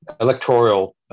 electoral